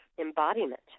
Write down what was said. embodiment